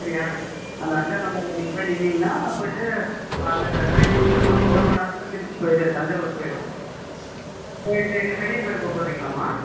சரியாக அந்த அஞ்சா நம்பரில் நீங்கள் போய் நின்னிங்கன்னா போயிவிட்டு அந்த ட்ரெயின் பிடிச்சுரலாம் ஒரு மணி நேரத்தில் திருச்சி போய் இது தஞ்சாவூர் போய்ரும் போய்ட்டு எங்கே பெரிய கோயில் போக போறிங்களாம்மா